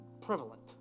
prevalent